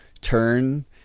turn